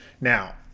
now